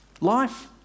life